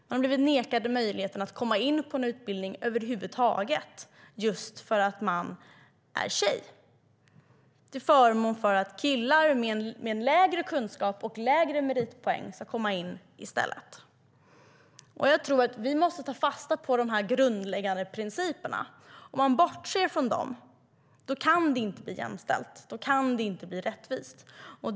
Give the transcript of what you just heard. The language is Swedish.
De har nekats möjligheten att komma in på en utbildning över huvud taget just för att de är tjejer, till förmån för att killar med lägre kunskap och lägre meritpoäng ska komma in i stället. Vi måste ta fasta på de grundläggande principerna. Om man bortser från dem kan det inte bli jämställt eller rättvist.